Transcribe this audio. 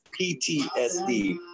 PTSD